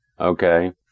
Okay